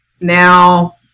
Now